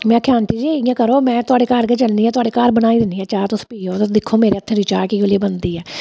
में आखेआ आंटी जी इ'यां करो में थुआढ़े घर गै चलनी आं थुआढ़े घर बनाई दिन्नी आं चाह् तुस पीओ तुस दिक्खो मेरे हत्थै दी चाह कि'यै जनेही बनदी ऐ